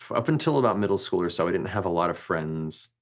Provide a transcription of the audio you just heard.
up until about middle school or so i didn't have a lot of friends.